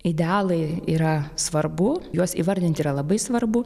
idealai yra svarbu juos įvardinti yra labai svarbu